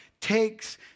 takes